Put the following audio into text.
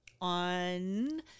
on